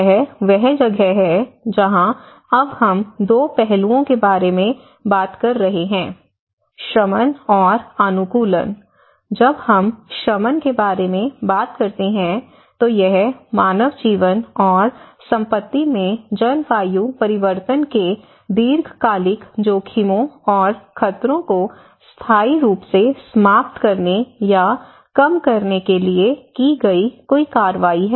यह वह जगह है जहां अब हम 2 पहलुओं के बारे में बात कर रहे हैं शमन और अनुकूलन जब हम शमन के बारे में बात करते हैं तो यह मानव जीवन और संपत्ति में जलवायु परिवर्तन के दीर्घकालिक जोखिमों और खतरों को स्थायी रूप से समाप्त करने या कम करने के लिए की गई कोई कार्रवाई है